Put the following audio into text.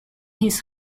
his